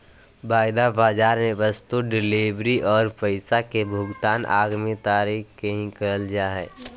वायदा बाजार मे वस्तु डिलीवरी आर पैसा के भुगतान आगामी तारीख के ही करल जा हय